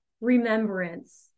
remembrance